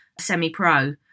semi-pro